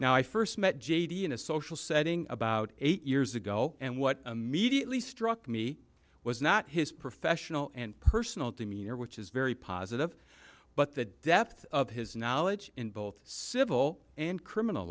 now i first met j d in a social setting about eight years ago and what immediately struck me was not his professional and personal to me or which is very positive but the depth of his knowledge in both civil and criminal